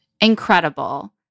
Incredible